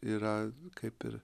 yra kaip ir